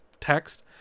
text